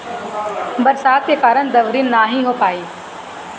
बरसात के कारण दँवरी नाइ हो पाई